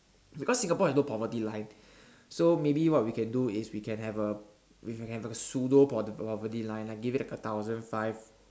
because Singapore has no poverty line so maybe what we can do is we can have a we can have a pseudo poverty poverty line like give it like a thousand five